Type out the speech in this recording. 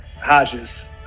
Hodges